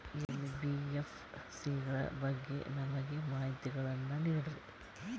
NBFC ಗಳ ಬಗ್ಗೆ ನಮಗೆ ಮಾಹಿತಿಗಳನ್ನ ನೀಡ್ರಿ?